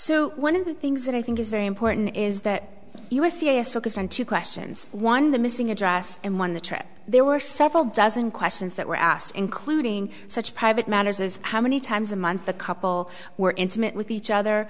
so one of the things that i think is very important is that u s c s focused on two questions one the missing address and one the trip there were several dozen questions that were asked including such private matters as how many times a month the couple were intimate with each other